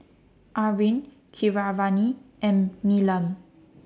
Arvind Keeravani and Neelam